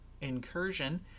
incursion